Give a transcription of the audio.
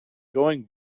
going